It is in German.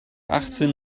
achtzehn